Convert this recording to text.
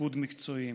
פיקוד מקצועיים.